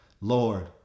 Lord